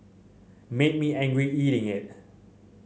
made me angry eating it